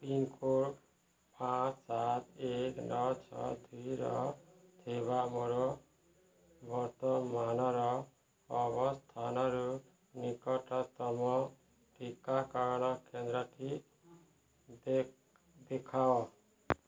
pincode ପାଞ୍ଚ ସାତ ଏକ ନଅ ଛଅ ଦୁଇରେ ଥିବା ମୋର ବର୍ତ୍ତମାନର ଅବସ୍ଥାନରୁ ନିକଟତମ ଟିକାକରଣ କେନ୍ଦ୍ରଟି ଦେଖାଅ